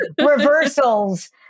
Reversals